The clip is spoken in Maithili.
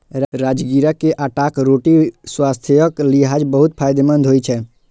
राजगिरा के आटाक रोटी स्वास्थ्यक लिहाज बहुत फायदेमंद होइ छै